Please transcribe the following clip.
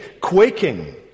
quaking